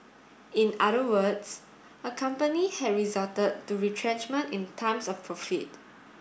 in other words a company had resort to retrenchment in times of profit